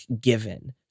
given